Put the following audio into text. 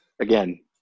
again